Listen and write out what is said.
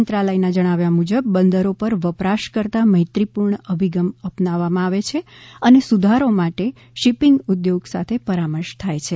મંત્રાલયના જણાવ્યા મુજબ બંદરો પર વપરાશકર્તા મૈત્રીપૂર્ણ અભિગમ અપનાવવામાં આવે છે અને સુધારો માટે શિપિંગ ઉદ્યોગ સાથે પરામર્શ થાય છે